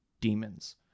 Demons